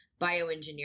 bioengineering